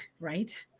right